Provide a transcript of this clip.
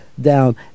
down